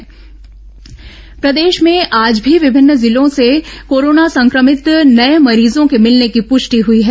corona मरीज प्रदेश में आज भी विभिन्न जिलों से कोरोना संक्रमित नये मरीजों के मिलने की पुष्टि हुई है